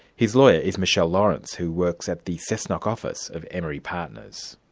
his lawyer is michelle lawrence, who works at the cessnock office of emery partners.